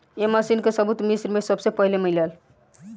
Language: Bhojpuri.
ए मशीन के सबूत मिस्र में सबसे पहिले मिलल